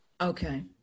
Okay